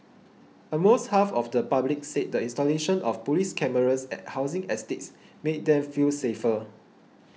almost half of the public said the installation of police cameras at housing estates made them feel safer